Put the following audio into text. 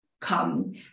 come